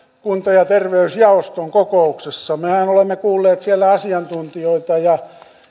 kunta ja terveysjaoston kokouksessa mehän olemme kuulleet siellä asiantuntijoita ja